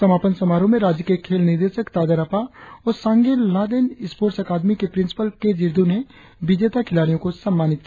समापन समारोह में राज्य के खेल निदेशक तादर अपा और सांगे लाह्देन स्पोर्टस अकादमी के प्रिंसिपल के जिर्दो ने विजेता खिलाड़ियो को सम्मानित किया